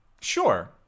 Sure